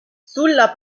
sulla